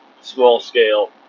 small-scale